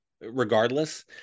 Regardless